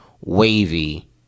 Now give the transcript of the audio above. Wavy